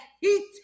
heat